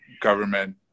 government